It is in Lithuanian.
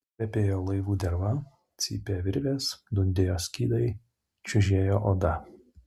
kvepėjo laivų derva cypė virvės dundėjo skydai čiužėjo oda